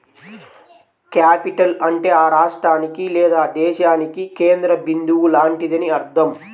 capital అంటే ఆ రాష్ట్రానికి లేదా దేశానికి కేంద్ర బిందువు లాంటిదని అర్థం